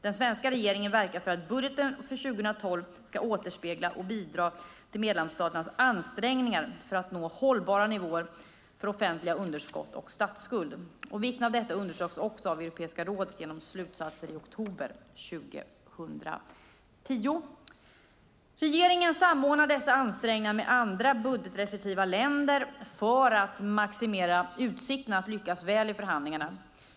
Den svenska regeringen verkar för att budgeten för 2012 ska återspegla och bidra till medlemsstaternas ansträngningar för att nå hållbara nivåer för offentliga underskott och statsskuld. Vikten av detta underströks också av Europeiska rådet genom slutsatser i oktober 2010. Regeringen samordnar dessa ansträngningar med andra budgetrestriktiva länder för att maximera utsikterna att lyckas väl i förhandlingarna.